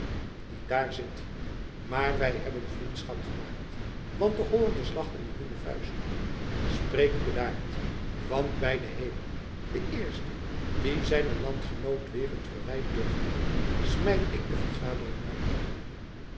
die daar zit maar wij hebben vriendschap gemaakt want de hollanders lachten in hun vuist spreekt bedaard want bij den hemel den eersten die zijnen landgenoot weer een verwijt durft doen smijt ik de vergadering uit